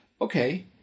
okay